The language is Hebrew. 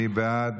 מי בעד?